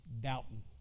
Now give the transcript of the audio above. doubting